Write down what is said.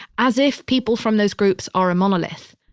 as if people from those groups are a monolith,